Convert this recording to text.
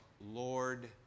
Lord